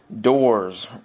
doors